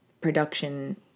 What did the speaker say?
production